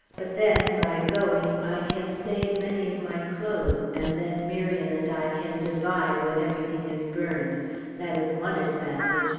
but then, by going, i can save many of my clothes, and then miriam and i can divide when everything is burned that is one advantage,